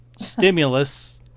stimulus